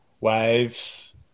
waves